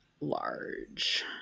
large